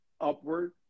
upward